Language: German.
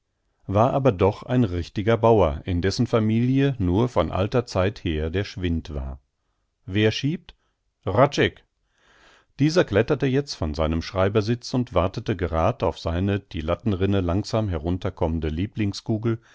war aber doch ein richtiger bauer in dessen familie nur von alter zeit her der schwind war wer schiebt hradscheck dieser kletterte jetzt von seinem schreibersitz und wartete gerad auf seine die lattenrinne langsam herunter